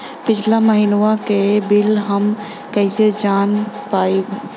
पिछला महिनवा क बिल हम कईसे जान पाइब?